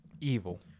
evil